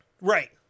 Right